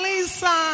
Lisa